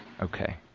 Okay